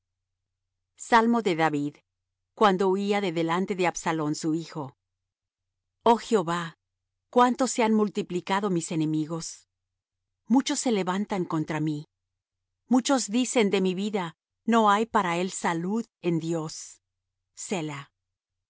salmo de david cuando huía de adelante de absalom su hijo oh jehová cuánto se han multiplicado mis enemigos muchos se levantan contra mí muchos dicen de mi vida no hay para él salud en dios